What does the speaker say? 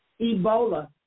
Ebola